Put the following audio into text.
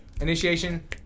Initiation